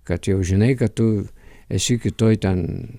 kad jau žinai kad tu esi kitoj ten